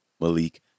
Malik